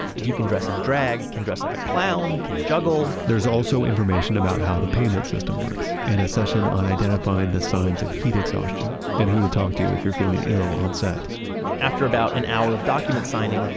if you can dress in drag, can dress like a clown, can juggle there's also information about how the payment system works and a session on identifying the signs of heat exhaustion and who to talk to if you're feeling ill on set after about an hour of document signing,